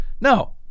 No